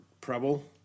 Preble